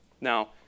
Now